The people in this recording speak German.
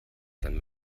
sein